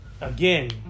again